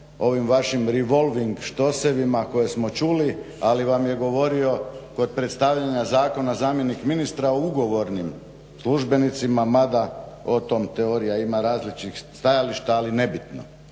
ovim vašim revolving štosevima koje smo čuli, ali vam je govorio kod predstavljanja zakona zamjenik ministra o ugovornim službenicima mada o tom teorija ima različitih stajališta ali nebitno.